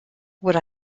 would